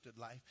life